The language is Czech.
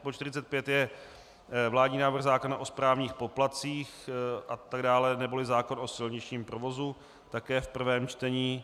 Bod 45 je vládní návrh zákona o správních poplatcích atd., neboli zákon o silničním provozu, také v prvém čtení.